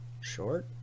short